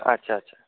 আচ্ছা আচ্ছা